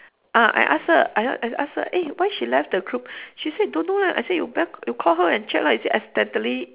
ah I ask her I I ask her eh why she left the group she say don't know leh I say you bet~ you call her and check lah is it accidentally